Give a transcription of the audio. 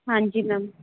ਹਾਂਜੀ ਮੈਮ